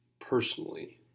personally